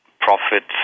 profits